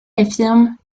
affirme